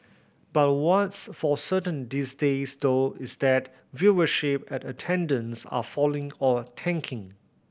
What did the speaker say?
but what's for certain these days though is that viewership and attendance are falling or tanking